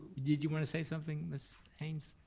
did you wanna say something, miss haynes?